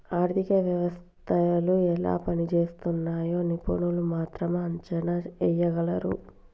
ఆర్థిక వ్యవస్థలు ఎలా పనిజేస్తున్నయ్యో నిపుణులు మాత్రమే అంచనా ఎయ్యగలరు